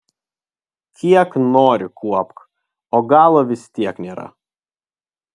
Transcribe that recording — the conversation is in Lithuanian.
kiek nori kuopk o galo vis tiek nėra